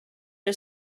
are